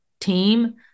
team